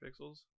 pixels